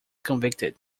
convicted